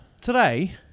Today